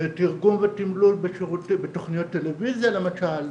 תרגום ותימלול בתכניות טלויזיה למשל.